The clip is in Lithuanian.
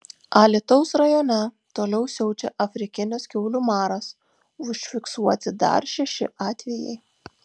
alytaus rajone toliau siaučia afrikinis kiaulių maras užfiksuoti dar šeši atvejai